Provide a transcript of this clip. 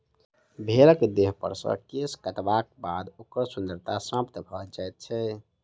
भेंड़क देहपर सॅ केश काटलाक बाद ओकर सुन्दरता समाप्त भ जाइत छै